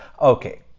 okay